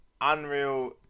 Unreal